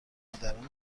مادران